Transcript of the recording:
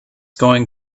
going